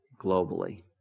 globally